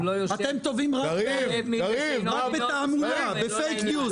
אתם טובים רק בתעמולה ובפייק ניוז.